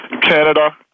Canada